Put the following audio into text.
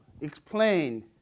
explain